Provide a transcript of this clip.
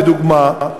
לדוגמה,